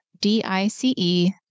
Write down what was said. D-I-C-E